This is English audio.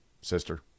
sister